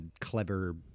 clever